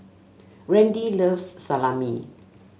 Randy loves Salami